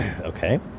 Okay